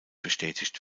bestätigt